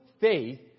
faith